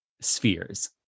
spheres